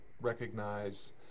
recognize